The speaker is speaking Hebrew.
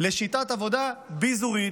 לשיטת עבודה ביזורית.